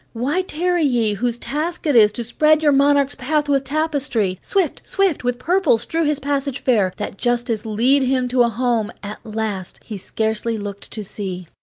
why tarry ye, whose task it is to spread your monarch's path with tapestry? swift, swift, with purple strew his passage fair, that justice lead him to a home, at last, he scarcely looked to see.